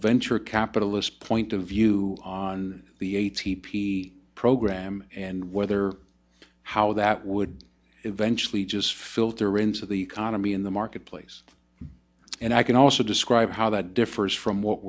venture capitalist point of view on the a t p program and whether how that would eventually just filter into the economy in the marketplace and i can also describe how that differs from what